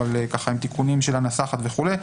אבל עם תיקונים של הנסחת וכולי.